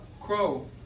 crow